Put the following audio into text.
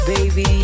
Baby